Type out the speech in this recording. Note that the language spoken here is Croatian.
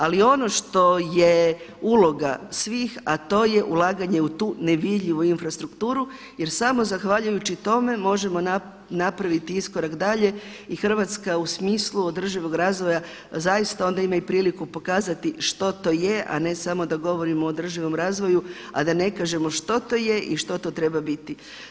Ali ono što je uloga svih a to je ulaganje u tu nevidljivu infrastrukturu jer samo zahvaljujući tome možemo napraviti iskorak dalje i Hrvatska u smislu održivog razvoja zaista onda ima i priliku pokazati što to je a ne samo da govorimo o održivom razvoju a da ne kažemo što to je i što treba biti.